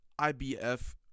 ibf